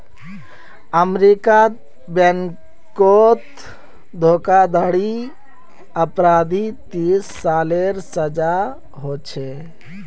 अमेरीकात बैनकोत धोकाधाड़ी अपराधी तीस सालेर सजा होछे